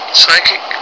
psychic